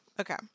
Okay